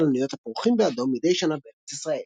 הכלנית הפורחים באדום מדי שנה בארץ ישראל.